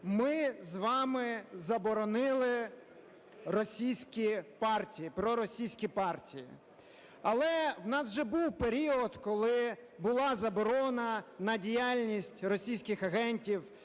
ми з вами заборонили російські партії, проросійські партії. Але у нас уже був період, коли була заборона на діяльність російських агентів